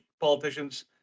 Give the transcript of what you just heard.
politicians